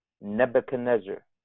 Nebuchadnezzar